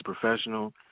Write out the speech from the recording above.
professional